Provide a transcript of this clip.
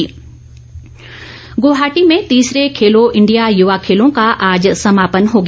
खेलो India Guwahati में तीसरे Khelo India युवा खेलों का आज समापन हो गया